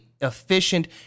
efficient